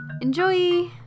Enjoy